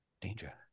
Danger